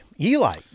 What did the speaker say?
Eli